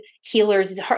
healers